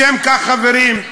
לשם כך, חברים,